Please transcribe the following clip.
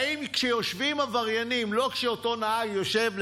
האם כשיושבים שם עבריינים לא כשאותו נהג יושב,